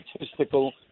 statistical